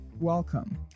Welcome